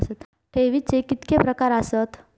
ठेवीचे कितके प्रकार आसत?